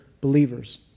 believers